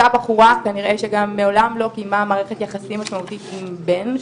אותה בחורה כנראה שגם מעולם לא קיימה מערכת יחסים משמעותית עם בן,